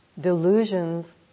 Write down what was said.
Delusions